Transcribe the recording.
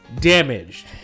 damaged